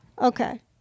Okay